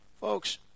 Folks